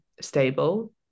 stable